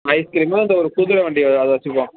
ice cream அந்த ஒரு குதிரைவண்டி அ அதை வச்சுக்குவோம்